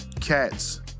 cats